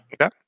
Okay